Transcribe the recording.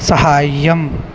सहायम्